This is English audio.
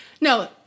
no